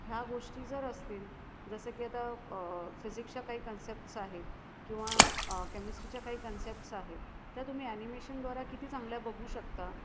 ह्या गोष्टी जर असतील जसं की आता फिज़िक्सच्या काही कन्सेप्टस आहेत किंवा केमिस्ट्रीच्या काही कन्सेप्टस आहेत त्या तुम्ही एनिमेशनद्वारा किती चांगल्या बघू शकता